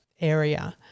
area